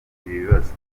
bibazo